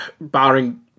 barring